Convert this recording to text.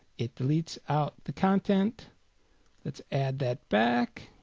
it deletes out the content let's add that back.